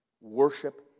worship